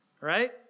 right